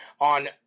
on